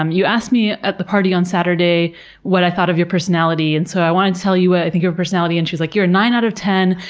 um you asked me at the party on saturday what i thought of your personality, and so i wanted to tell you what i think of your personality. and she's like, you're a nine out of ten,